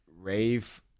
rave